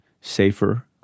safer